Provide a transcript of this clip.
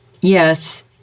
Yes